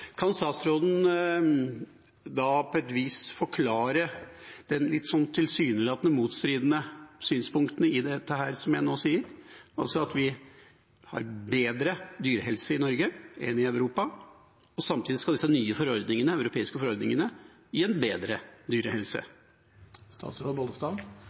Kan statsråden forklare de tilsynelatende motstridende synspunktene i det jeg nå sier: at vi har bedre dyrehelse i Norge enn i Europa, samtidig som de nye europeiske forordningene skal gi en bedre